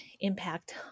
impact